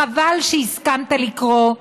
חבל שהסכמת לקרוא,